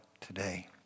today